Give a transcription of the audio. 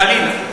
חלילה,